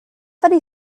funny